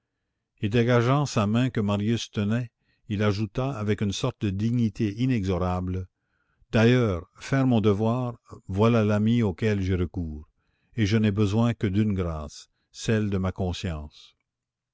et dégageant sa main que marius tenait il ajouta avec une sorte de dignité inexorable d'ailleurs faire mon devoir voilà l'ami auquel j'ai recours et je n'ai besoin que d'une grâce celle de ma conscience